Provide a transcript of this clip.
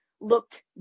looked